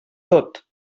tot